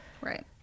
right